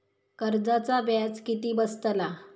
कर्जाचा व्याज किती बसतला?